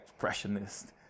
expressionist